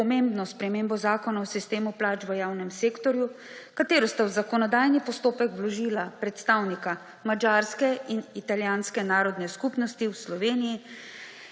spremembo Zakona o sistemu plač v javnem sektorju, ki sta jo v zakonodajni postopek vložila predstavnika madžarske in italijanske narodne skupnosti v Sloveniji